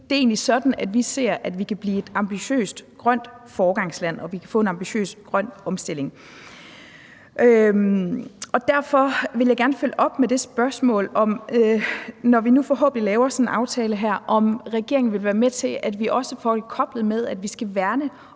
egentlig sådan, at vi ser, at vi kan blive et ambitiøst grønt foregangsland og vi kan få en ambitiøs grøn omstilling. Derfor vil jeg gerne følge det op med spørgsmålet: Når vi nu forhåbentlig laver sådan en aftale her, vil regeringen være med til, at vi også får det koblet med, at vi skal værne